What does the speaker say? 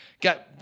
got